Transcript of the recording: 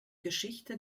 geschichte